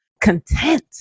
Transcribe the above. content